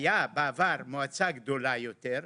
היה בעבר מועצה גדולה יותר,